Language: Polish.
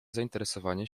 zainteresowanie